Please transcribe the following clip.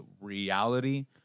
reality